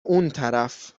اونطرف